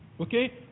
Okay